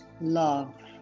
love